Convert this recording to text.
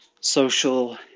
social